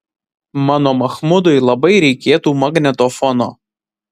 mano machmudui labai reikėtų magnetofono